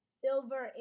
silver